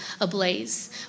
ablaze